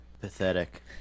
Pathetic